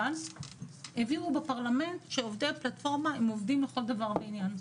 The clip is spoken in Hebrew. שהעבירו בפרלמנט שעובדי הפלטפורמה הם עובדים לכל דבר ועניין.